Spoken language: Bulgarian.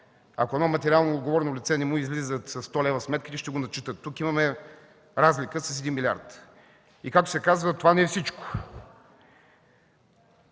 на едно материално отговорно лице не му излизат със 100 лв. сметките, ще го начетат. Тук имаме разлика с 1 милиард. И както се казва, това не е всичко.